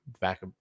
back